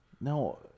No